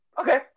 Okay